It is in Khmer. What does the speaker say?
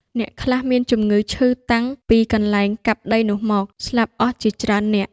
អ្នកខ្លះមានជំងឺឈឺតាំងពីកន្លែងកាប់ដីនោះមក ស្លាប់អស់ជាច្រើននាក់ ។